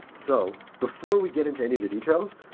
so before we get into any of the details,